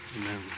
Amen